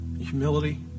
humility